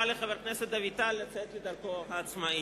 לחבר הכנסת דוד טל לצאת לדרכו העצמאית.